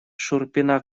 шурпина